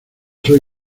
soy